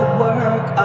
work